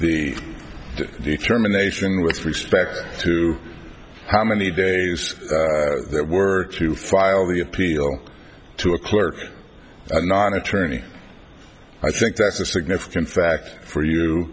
the determination with respect to how many days there were to file the appeal to a clerk or non attorney i think that's a significant fact for you